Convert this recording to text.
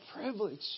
privilege